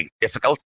difficult